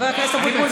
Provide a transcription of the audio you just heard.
חבר הכנסת אבוטבול,